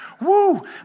woo